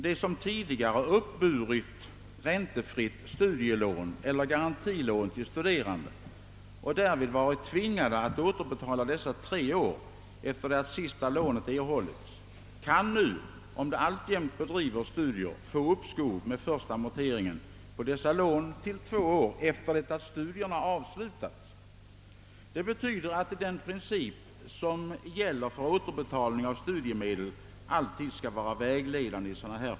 De som tidigare har uppburit räntefritt studielån eller garantilån till studerande och därvid varit tvingade att återbetala dessa lån tre år efter det att det sista lånet erhållits kan nu, om de alltjämt bedriver studier, få uppskov med den första amorteringen till två år efter det att studierna avslutats. Det betyder att den princip som gäller för återbetalning av studiemedel alltid skall vara vägledande.